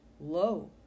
low